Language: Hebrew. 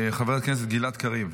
חבר הכנסת גלעד קריב.